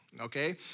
okay